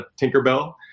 Tinkerbell